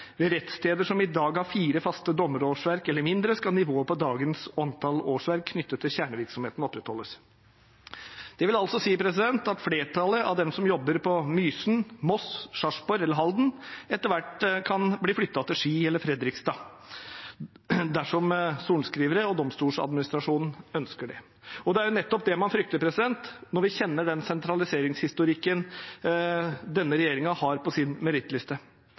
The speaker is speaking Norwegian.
rettssteder som i dag har fire faste dommerårsverk eller mindre, skal nivået på dagens antall årsverk knyttet til kjernevirksomheten opprettholdes.» Det vil altså si at flertallet av dem som jobber på Mysen, i Moss, i Sarpsborg eller i Halden, etter hvert kan bli flyttet til Ski eller Fredrikstad dersom sorenskrivere og Domstoladministrasjonen ønsker det. Det er nettopp det man frykter, når vi kjenner den sentraliseringshistorikken denne regjeringen har på sin merittliste.